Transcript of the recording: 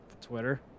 Twitter